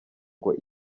ngo